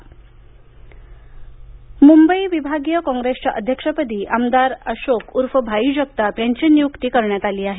भाई जगताप मुंबई विभागीय काँग्रेसच्या अध्यक्षपदी आमदार अशोक उर्फ भाई जगताप यांची नियुक्ती करण्यात आली आहे